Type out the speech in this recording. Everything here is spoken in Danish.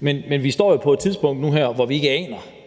men vi står jo i en situation nu her, hvor vi ikke aner,